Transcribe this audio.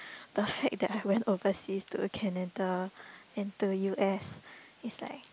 the fact that I went overseas to Canada and to U_S it's like